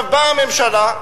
באה הממשלה,